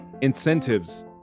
incentives